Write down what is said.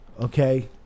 Okay